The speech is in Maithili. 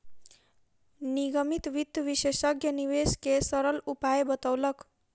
निगमित वित्त विशेषज्ञ निवेश के सरल उपाय बतौलक